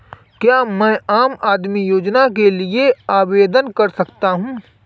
क्या मैं आम आदमी योजना के लिए आवेदन कर सकता हूँ?